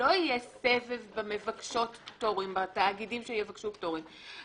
שלא יהיה סבב במבקשות פטורים בתאגידים שיבקשו פטורים.